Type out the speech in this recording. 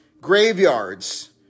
graveyards